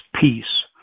peace